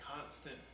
constant